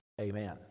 Amen